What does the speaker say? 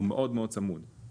הוא מאוד-מאוד צמוד.